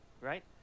right